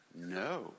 No